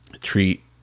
treat